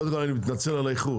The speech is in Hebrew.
קודם כל אני מתנצל על האיחור,